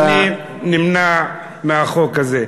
אז אני נמנע מהחוק הזה.